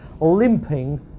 limping